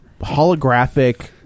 Holographic